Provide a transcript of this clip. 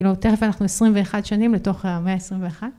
‫תכף אנחנו 21 שנים לתוך המאה ה-21.